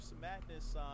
Madness